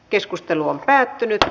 keskustelua ei syntynyt